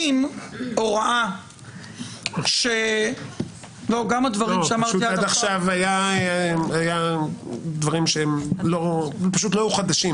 אם הוראה --- פשוט עד עכשיו היו דברים שלא היו חדשים.